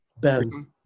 Ben